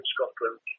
Scotland